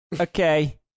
Okay